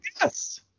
yes